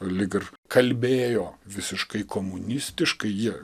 lyg ir kalbėjo visiškai komunistiškai jie